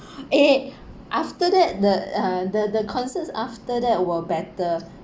eh after that the uh the the concerts after that were better